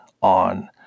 on